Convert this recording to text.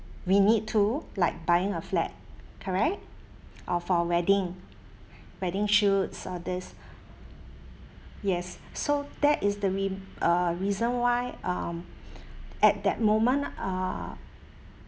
we need to like buying a flat correct or for wedding wedding shoots all this yes so that is the rea~ uh reason why um at that moment uh